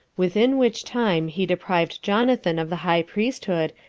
within which time he deprived jonathan of the high priesthood,